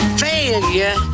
Failure